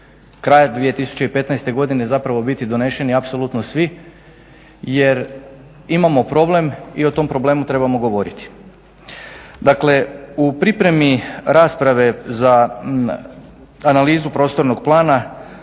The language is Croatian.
kraja 2015. godine zapravo biti donešeni apsolutno svi jer imamo problem i o tom problemu trebamo govoriti. Dakle, u pripremi rasprave za analizu prostornog plana